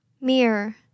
Mirror